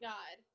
God